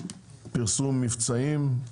פרסום מבצעים,